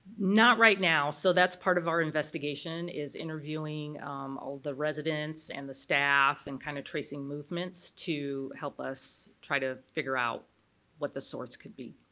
not right now. so that's part of our investigation is interviewing all the residents and the staff and kind of tracing movements to help us try to figure out what the source could be.